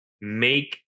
make